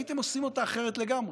הייתם עושים אותה אחרת לגמרי.